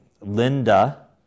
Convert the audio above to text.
Linda